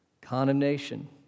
Condemnation